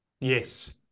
Yes